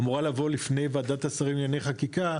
אמורה לבוא לפני וועדה השרים לענייני חקיקה,